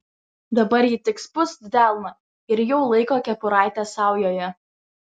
dabar ji tik spust delną ir jau laiko kepuraitę saujoje